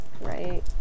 Right